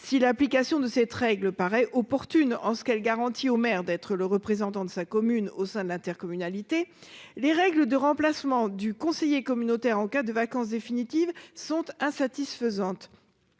Si l'application de cette règle paraît opportune en ce qu'elle garantit aux maires d'être le représentant de sa commune au sein de l'intercommunalité. Les règles de remplacement du conseiller communautaire en cas de vacance définitive sont insatisfaisantes.